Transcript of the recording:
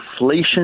inflation